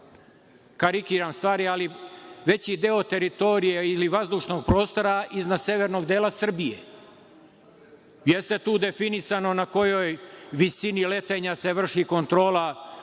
karikiram stvari, ali veći deo teritorije ili vazdušnog prostora iznad severnog dela Srbije. Jeste tu definisano na kojoj visini letenja se vrši kontrola,